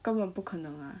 根本不可能 ah